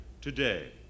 today